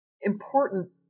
important